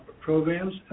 programs